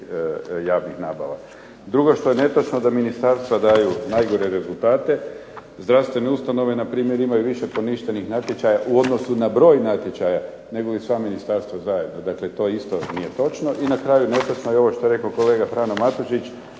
javnih nabava. Drugo što je netočno da ministarstva daju najgore rezultate. Zdravstvene ustanove npr. imaju više poništenih natječaja u odnosu na broj natječaja negoli sva ministarstva zajedno. Dakle, to isto nije točno. I na kraju netočno je ovo što je rekao Frano Matušić